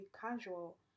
casual